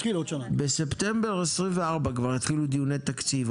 בספטמבר 2024 כבר יתחילו דיוני תקציב,